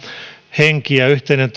henki ja yhteinen